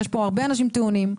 יש פה הרבה אנשים טעונים.